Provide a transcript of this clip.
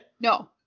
no